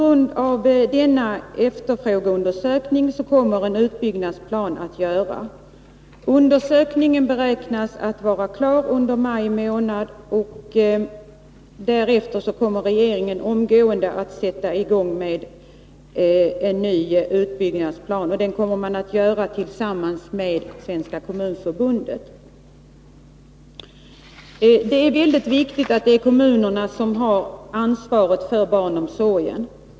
Undersökningen beräknas vara klar under maj månad, och på grundval av denna undersökning kommer regeringen tillsammans med Kommunförbundet att sätta i gång arbetet på en ny utbyggnadsplan. Det är väldigt viktigt att kommunerna har ansvaret för barnomsorgen.